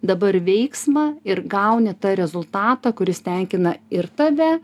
dabar veiksmą ir gauni tą rezultatą kuris tenkina ir tave